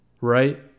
right